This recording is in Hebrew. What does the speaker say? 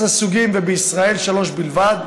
ובישראל שלושה בלבד?